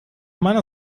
meiner